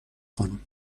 خانم